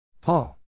Paul